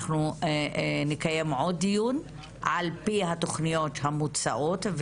אנחנו נקיים עוד דיון על פי התוכניות המוצעות,